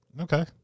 okay